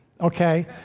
Okay